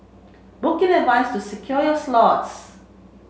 book in advance to secure your slots